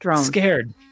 scared